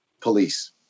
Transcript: police